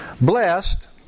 Blessed